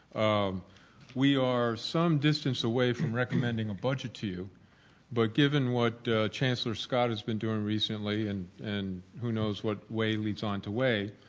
um we are some distance away from recommending a budget to you but given what chancellor scott has been doing recently and and who knows what way leads on to way,